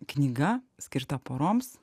knyga skirta poroms